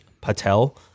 Patel